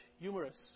humorous